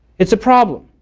its a problem.